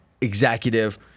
executive